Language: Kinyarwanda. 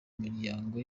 miryango